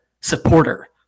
supporter